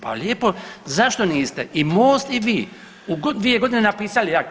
Pa lijepo zašto niste i MOST i vi u dvije godine napisali akt.